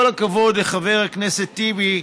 כל הכבוד לחבר הכנסת טיבי,